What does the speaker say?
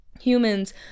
humans